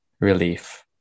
relief